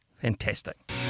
fantastic